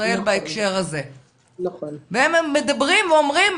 בישראל בהקשר הזה והם מדברים ואומרים,